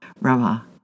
Rama